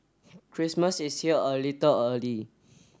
Christmas is here a little early